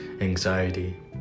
anxiety